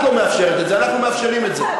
את לא מאפשרת את זה, אנחנו מאפשרים את זה.